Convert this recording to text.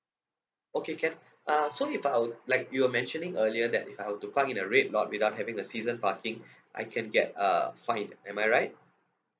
okay can uh so if I were like you were mentioning earlier that if I were to park in a red lot without having a season parking I can get uh fined am I right